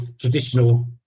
traditional